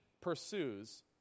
pursues